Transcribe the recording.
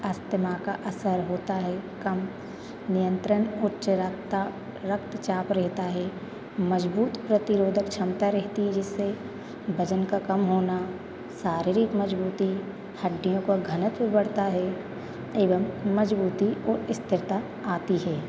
asthma का असर होता है कम नियंत्रण उच्च रक्तचाप रहता है मजबूत प्रतिरोधक क्षमता रहती है जिससे वजन का कम होना शारीरिक मजबूती हड्डियों का घनत्व बढ़ता है एवं मजबूती और स्थिरता आती है